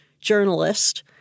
journalist